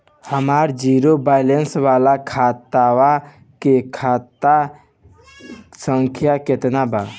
हमार zero balance वाला खतवा के खाता संख्या केतना बा?